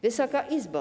Wysoka Izbo!